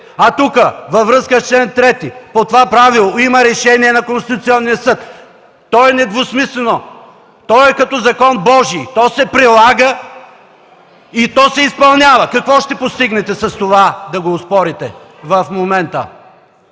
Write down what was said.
а тук, във връзка с чл. 3 по това правило има решение на Конституционния съд! То е недвусмислено, то е като закон Божий, той се прилага и се изпълнява! Какво ще постигнете с това да го оспорите в момента?